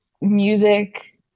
music